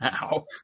now